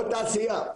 או תעשייה.